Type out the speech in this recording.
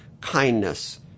kindness